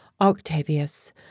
Octavius